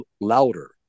louder